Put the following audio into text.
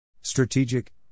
strategic